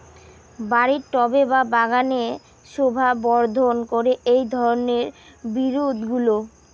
বাড়ির টবে বা বাগানের শোভাবর্ধন করে এই ধরণের বিরুৎগুলো